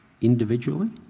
individually